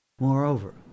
Moreover